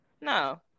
no